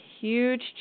huge